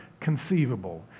conceivable